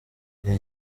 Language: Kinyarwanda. iki